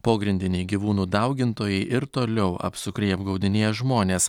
pogrindiniai gyvūnų daugintojai ir toliau apsukriai apgaudinėja žmones